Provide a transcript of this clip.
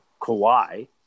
Kawhi